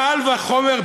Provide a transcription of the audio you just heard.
קל וחומר,